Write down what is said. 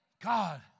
God